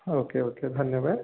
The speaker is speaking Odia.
ଓକେ ଓକେ ଧନ୍ୟବାଦ